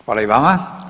Hvala i vama.